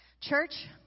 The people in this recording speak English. Church